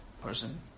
person